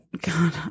God